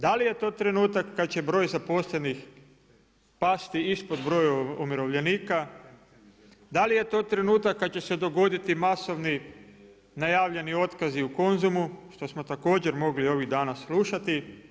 Da li je to trenutak kada će broj zaposlenih pasti ispod broja umirovljenika, da li je to trenutak kad će se dogoditi masovni najavljeni otkazi u Konzumu što smo također mogli ovih dana slušati.